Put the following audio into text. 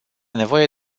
nevoie